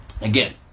again